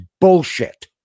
bullshit